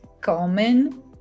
common